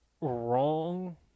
wrong